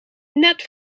net